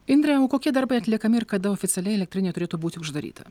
indre o kokie darbai atliekami ir kada oficialiai elektrinė turėtų būti uždaryta